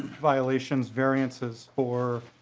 violations variances for